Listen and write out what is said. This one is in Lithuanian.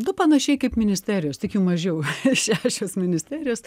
nu panašiai kaip ministerijos tik jų mažiau šešios ministerijos